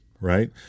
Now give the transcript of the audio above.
right